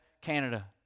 Canada